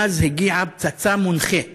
ואז הגיעה פצצה מונחית